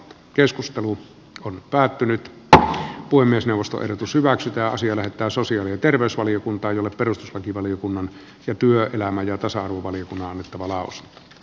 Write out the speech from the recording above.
keskustelu on päättynyt että puhemiesneuvoston pysyväksi ja asian esittää sosiaali ja terveysvaliokuntaan jolle perustuslakivaliokunnan ja työelämän ja tasa arvovaliokunnan mustamaalaus t